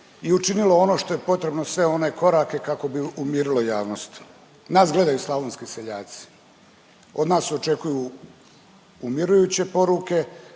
i učinilo ono što je potrebno sve one korake kako bi umirilo javnost. Nas gledaju slavonski seljaci. Od nas se očekuju umirujuće poruke